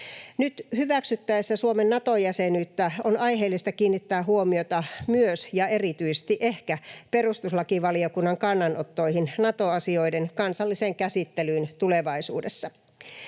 Nyt hyväksyttäessä Suomen Nato-jäsenyyttä on aiheellista kiinnittää huomiota myös, ja ehkä erityisesti, perustuslakivaliokunnan kannanottoihin Nato-asioiden kansalliseen käsittelyyn tulevaisuudessa.